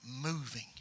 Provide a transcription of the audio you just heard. moving